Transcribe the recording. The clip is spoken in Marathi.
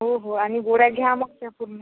हो हो आणि गोळ्या घ्या मग त्या पूर्ण